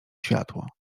światło